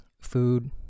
food